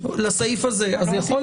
השר,